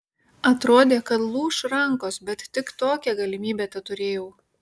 atrodė kad lūš rankos bet tik tokią galimybę teturėjau